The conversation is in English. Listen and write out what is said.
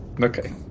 Okay